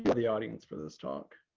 but the audience for this talk.